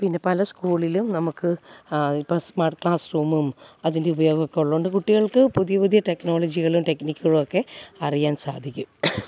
പിന്നെ പല സ്കൂളിലും നമുക്ക് ഇപ്പോൾ സ്മാട്ട് ക്ലാസ് റൂമും അതിൻ്റെ ഉപയോഗെമൊക്കെ ഉള്ളോണ്ട് കുട്ടികൾക്ക് പുതിയ പുതിയ ടെക്നോളജികളും ടെക്നിക്കുകളൊക്കെ അറിയാൻ സാധിക്കും